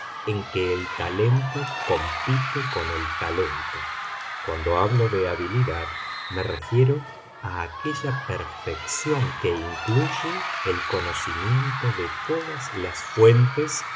en que el talento compite con el talento cuando hablo de habilidad me refiero a aquella perfección que incluye el conocimiento de todas las fuentes